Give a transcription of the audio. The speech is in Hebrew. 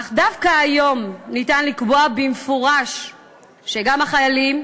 אך דווקא היום אפשר לקבוע במפורש שגם החיילים,